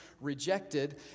rejected